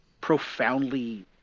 profoundly